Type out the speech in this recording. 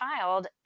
child